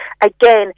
again